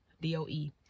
D-O-E